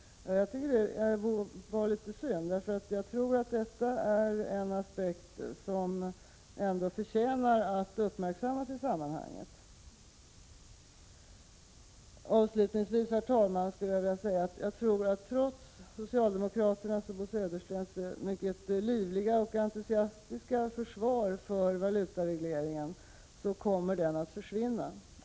Det var litet synd. Jag tror nämligen att detta är en aspekt som förtjänar att uppmärksammas i sammanhanget. Avslutningsvis, herr talman, skulle jag vilja säga att jag tror att valutaregleringen, trots socialdemokraternas och Bo Söderstens mycket livliga och entusiastiska försvar för denna, kommer att försvinna.